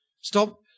Stop